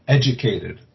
educated